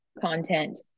content